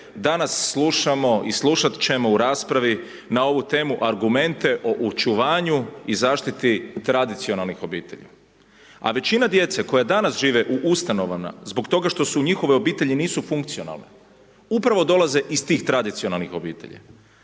danas slušamo i slušat ćemo u raspravi na ovu temu argumente o očuvanju i zaštiti tradicionalnih obitelji. A većina djece koja danas žive u ustanovama zbog toga što su njihove obitelji nisu funkcionalne upravo dolaze iz tih tradicionalnih obitelji,